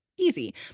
easy